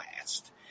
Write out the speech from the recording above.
last